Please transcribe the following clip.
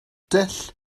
dull